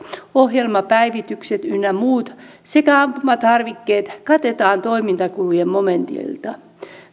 ohjelmapäivitykset ynnä muut sekä ampumatarvikkeet katetaan toimintakulujen momentilta